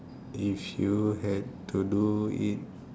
if you had to do it